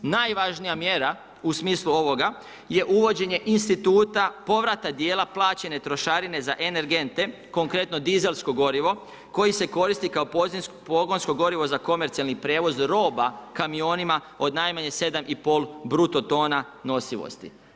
Najvažnija mjera u smislu ovoga je uvođenje instituta povrata dijela plaćene trošarine za energente, konkretno dizelsko gorivo koji se koristi kao pogonsko gorivo za komercijalni prijevoz roba kamionima od najmanje 7,5 bruto tona nosivosti.